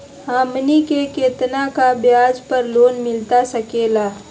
हमनी के कितना का ब्याज पर लोन मिलता सकेला?